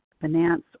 finance